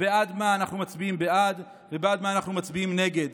על מה אנחנו מצביעים בעד ועל מה אנחנו מצביעים נגד.